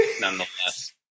nonetheless